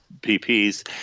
PP's